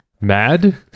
mad